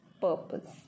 purpose